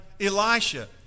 Elisha